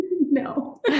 No